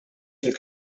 fil